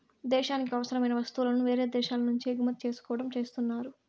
దేశానికి అవసరమైన వస్తువులను వేరే దేశాల నుంచి దిగుమతి చేసుకోవడం చేస్తున్నారు